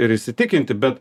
ir įsitikinti bet